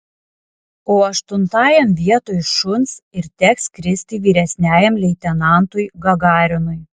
o aštuntajam vietoj šuns ir teks skristi vyresniajam leitenantui gagarinui